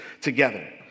together